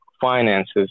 finances